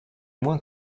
moins